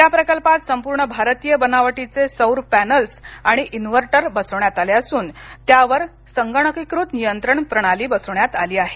या प्रकल्पात संपूर्ण भारतीय बनावटीचे सौर पॅनल्स आणि इनवर्तर बसवण्यात आले असून त्यावर संगणकीकृत नियंत्रण प्रणाली बसवण्यात आली आहे